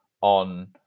on